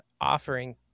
offering